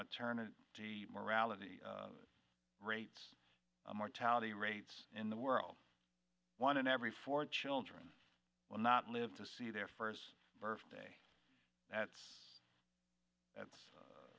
maternal t morality rates mortality rates in the world one in every four children will not live to see their first birthday that's that's